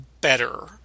better